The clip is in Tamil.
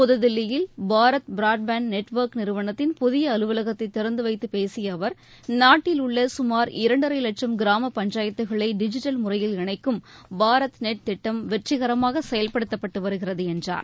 புதுதில்லியில் பாரத் பிராட்பேண்டு நெட்வொர்க் நிறுவனத்தின் புதிய அலுவலகத்தை திறந்து வைத்துப் பேசிய அவர் நாட்டில் உள்ள சுமார் இரண்டரை லட்சம் கிராமப் பஞ்சாயத்துகளை டிஜிட்டல் முறையில் இணைக்கும் பாரத் நெட் திட்டம் வெற்றிகரமாக செயல்படுத்தப்பட்டு வருகிறது என்றார்